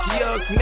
yuck